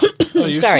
Sorry